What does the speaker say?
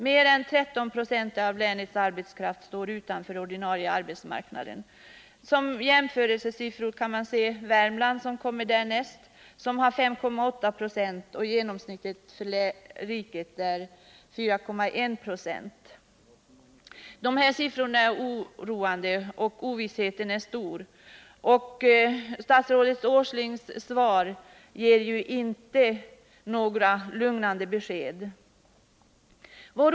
Mer än 13 26 av länets arbetskraft står utanför den ordinarie arbetsmarknaden. Därnäst kommer Värmland med 5,8 26, och genomsnittet för riket är 4,1 9c. Siffrorna är oroande och ovissheten stor. Inte heller i statsrådet Åslings svar ges några lugnande besked.